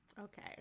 Okay